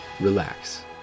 relax